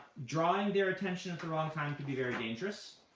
drawing their attention at the wrong time could be very dangerous.